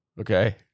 okay